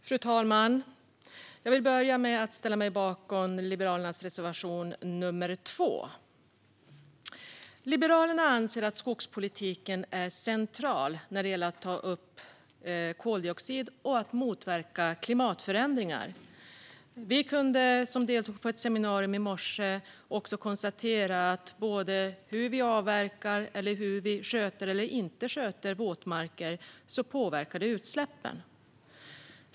Fru talman! Jag vill börja med att ställa mig bakom Liberalernas reservation nr 2. Liberalerna anser att skogspolitiken är central när det gäller att ta upp koldioxid och motverka klimatförändringar. På ett seminarium i morse kunde vi som deltog konstatera att både hur vi avverkar och hur vi sköter eller inte sköter våtmarker påverkar utsläppen.